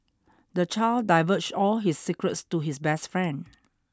the child divulged all his secrets to his best friend